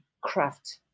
craft